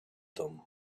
them